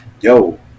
Yo